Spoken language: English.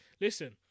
Listen